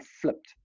flipped